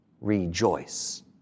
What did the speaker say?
Rejoice